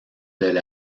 del